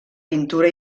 pintura